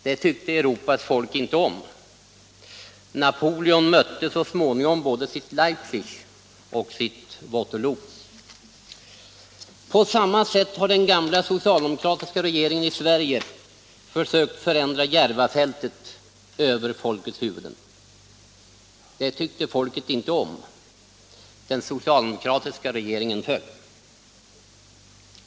Det tyckte Europas folk inte om. Napoleon mötte så småningom både sitt Leipzig och sitt Waterloo. På samma sätt har den gamla socialdemokratiska regeringen i Sverige försökt förändra Järvafältet över folkets huvuden. Det tyckte folket inte om — den socialdemokratiska regeringen föll.